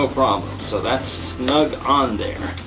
ah problem. so that's snug on there.